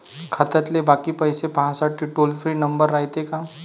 खात्यातले बाकी पैसे पाहासाठी टोल फ्री नंबर रायते का?